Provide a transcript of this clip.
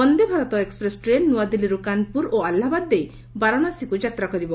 Vande Bharat express train ନୂଆଦିଲ୍ଲୀରୁ କାନପୁର ଓ ଆହ୍ଲାବାଦ ହୋଇ ବାରାଣସୀକୁ ଯାତ୍ରା କରିବ